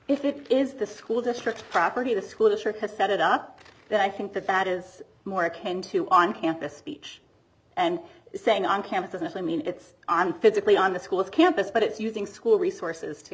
if it is the school district property the school district has set it up that i think that that is more akin to on campus speech and saying on campus i mean it's on physically on the school's campus but it's using school resources to